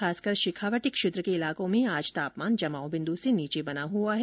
खासकर शेखावाटी क्षेत्र के इलाकों में आज तापमान जमाव बिन्दू से नीचे बना हुआ है